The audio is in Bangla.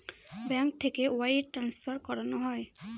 ব্যাঙ্ক থেকে ওয়াইর ট্রান্সফার করানো হয়